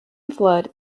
flood